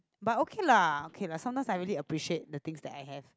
but okay lah okay lah sometimes I really appreciate the things that I have